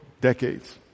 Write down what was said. decades